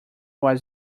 was